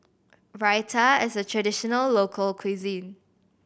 raita is a traditional local cuisine